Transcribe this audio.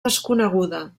desconeguda